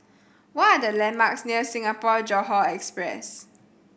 what are the landmarks near Singapore Johore Express